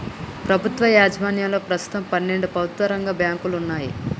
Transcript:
ప్రభుత్వ యాజమాన్యంలో ప్రస్తుతం పన్నెండు ప్రభుత్వ రంగ బ్యాంకులు వున్నయ్